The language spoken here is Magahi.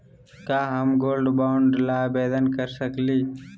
का हम गोल्ड बॉन्ड ल आवेदन कर सकली?